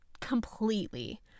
completely